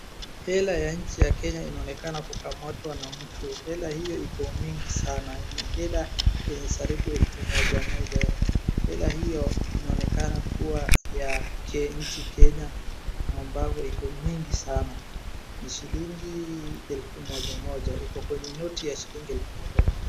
Hela ya nchi ya Kenya inaonekana kukamatwa na mtu. Hela hiyo iko mingi sana hela yenye salibu elfu moja moja. Hela hiyo inaonekana kuwa ya nchi Kenya ambavyo iko mingi sana. Ni shilingi elfu moja moja. Iko kwenye noti ya shilingi elfu moja moja.